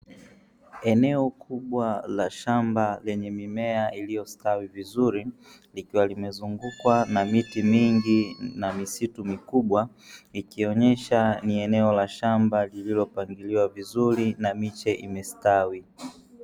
Eneo kubwa la shamba lenye mimea iliyostawi vizuri likiwa limezungukwa na miti mingi na misitu mikubwa ikionyesha ni eneo la shamba lililopangiliwa vizuri na miche imestawi.